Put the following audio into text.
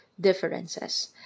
differences